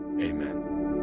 Amen